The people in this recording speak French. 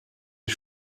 des